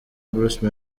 bruce